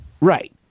Right